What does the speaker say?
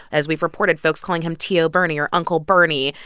as we've reported, folks calling him tio bernie, or uncle bernie,